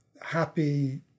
happy